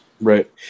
Right